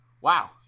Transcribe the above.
Wow